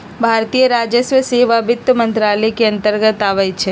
भारतीय राजस्व सेवा वित्त मंत्रालय के अंतर्गत आबइ छै